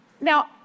Now